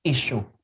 issue